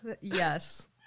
yes